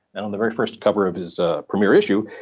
and on the very first cover of his ah premiere issue,